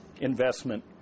investment